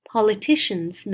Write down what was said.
Politicians